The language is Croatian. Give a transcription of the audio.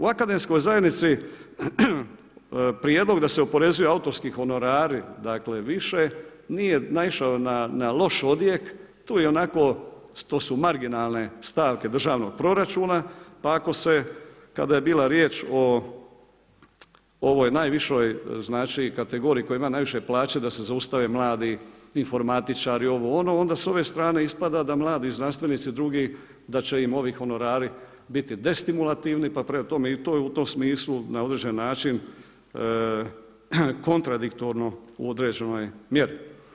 U akademskoj zajednici prijedlog da se oporezuju autorski honorari, dakle više nije naišao na loš odjek, tu je i onako, to su marginalne stavke državnog proračuna pa ako se kada je bila riječ o ovoj najvišoj znači kategoriji koja ima najviše plaće da se zaustave mladi informatičari, ovo ono, onda s ove strane ispada da mladi znanstvenici drugi da će im ovi honorari biti destimulativni pa prema tome i to je u tom smislu na određen način kontradiktorno u određenoj mjeri.